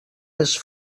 més